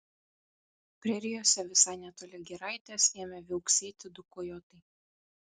prerijose visai netoli giraitės ėmė viauksėti du kojotai